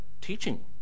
teaching